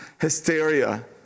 hysteria